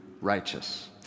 righteous